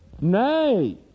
Nay